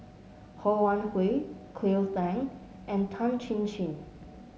Ho Wan Hui Cleo Thang and Tan Chin Chin